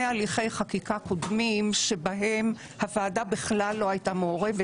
הליכי חקיקה קודמים בהם הוועדה בכלל לא הייתה מעורבת